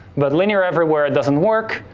but linear everywhere it doesn't work,